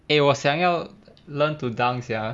eh 我想要 learn to dunk sia